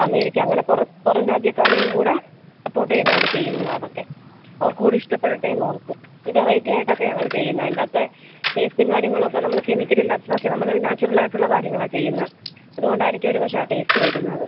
America അങ്ങനെ പുറം രാജ്യക്കാരെയും കൂടെ സപ്പോർട്ട് ചെയ്തുകൊണ്ട് ചെയ്യുന്നതാണ് അതൊക്കെ അവർക്കുകൂടി ഇഷ്ടപ്പെടട്ടേ എന്നോർത്ത് ഒരു വെറൈറ്റി ആയിട്ടൊക്കെ ഞങ്ങൾ ചെയ്യുന്നതിൻ്റെ അകത്തെ ടേസ്റ്റും കാര്യങ്ങളൊക്ക നമ്മൾ കെമിക്കലില്ലാത്തതൊക്കെ നമ്മൾ നാച്ചുറലായിട്ടുള്ള കാര്യങ്ങളാണ് ചെയ്യുന്നത് അതുകൊണ്ടായിരിക്കും ഒരു പക്ഷേ ആ ടേസ്റ്റ് വരുന്നത്